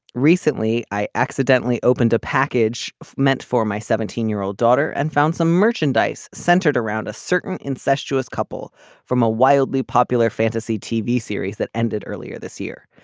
recently i accidentally opened a package meant for my seventeen year old daughter and found some merchandise centered around a certain incestuous couple from a wildly popular fantasy tv series that ended earlier this year.